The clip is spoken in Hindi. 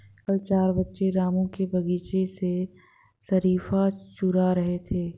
कल चार बच्चे रामू के बगीचे से शरीफा चूरा रहे थे